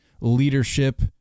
leadership